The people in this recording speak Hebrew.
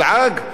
שהממשלה,